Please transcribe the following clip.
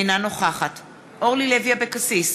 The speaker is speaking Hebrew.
אינה נוכחת אורלי לוי אבקסיס,